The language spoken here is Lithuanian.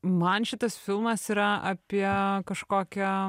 man šitas filmas yra apie kažkokią